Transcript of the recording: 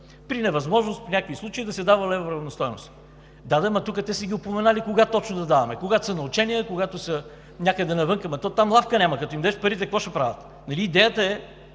при невъзможност в някои случаи да се дава левова равностойност. Да де, но тук те са упоменали кога точно да даваме – когато са на учение, когато са някъде навън. Ама то там лавка няма – като им дадеш парите, какво ще правят?! Идеята е